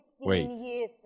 wait